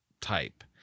type